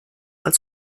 als